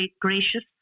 gracious